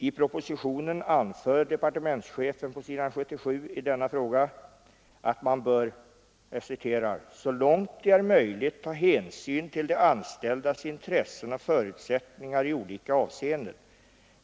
I propositionen anför departementschefen på s. 77 i denna fråga att man bör ”så långt det är möjligt ta hänsyn till de anställdas intressen och förutsättningar i olika avseenden.